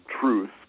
truth